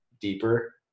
deeper